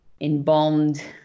embalmed